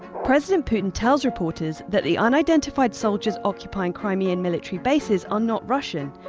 president putin tells reporters that the unidentified soldiers occupying crimean military bases are not russian,